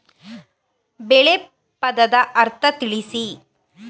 ಬೆಳೆ ಪದದ ಅರ್ಥ ತಿಳಿಸಿ?